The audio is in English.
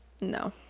no